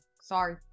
sorry